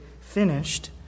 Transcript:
finished